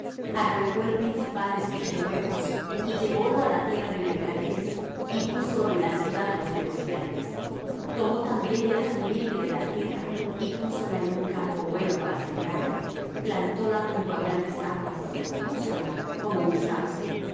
arrancó el principal de sus renuevos y llevólo á la tierra de mercaderes y púsolo en la ciudad de los negociantes tomó también de la simiente de la tierra y púsola en un campo bueno para sembrar plantóla junto á grandes aguas púsola como un sauce